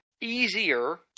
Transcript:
easier